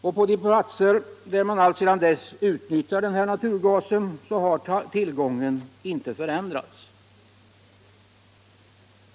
Och på de platser där man alltsedan dess utnyttjat denna naturgas har tillgången inte förändrats.